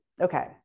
okay